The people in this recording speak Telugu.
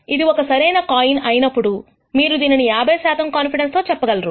ఇది ఒక సరి అయిన కాయిన్ అయినప్పుడు మీరు దీనిని 50 శాతం కాన్ఫిడెన్స్ తో చెప్పగలరు